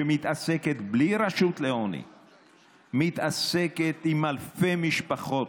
שבלי רשות לעוני מתעסקת עם אלפי משפחות.